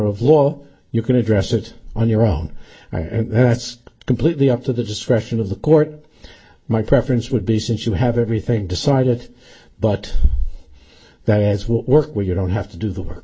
of law you can address it on your own and that's completely up to the discretion of the court my preference would be since you have everything decided but that is what work where you don't have to do the work